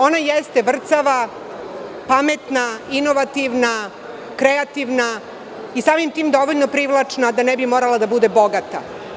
Ona jeste vrcava, pametna, inovativna, kreativna i samim tim dovoljno privlačna, da ne bi morala da bude bogata.